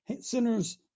sinners